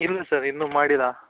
ಇಲ್ಲ ಸರ್ ಇನ್ನೂ ಮಾಡಿಲ್ಲ